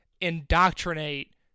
indoctrinate